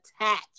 attach